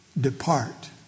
Depart